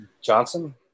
Johnson